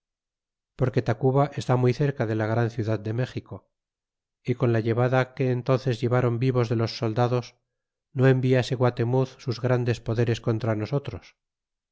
porque tacuba está muy cerca de la gran ciudad de méxico y con la llevada que entonces llevaron vivos de los soldados no enviase guatemuz sus grandes poderes contra nosotros